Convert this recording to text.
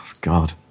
god